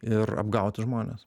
ir apgauti žmones